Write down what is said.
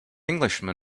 englishman